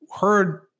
heard